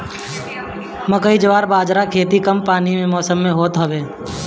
मकई, जवार बजारा के खेती कम पानी वाला मौसम में होत हवे